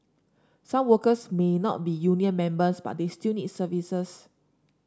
some workers may not be union members but they still need services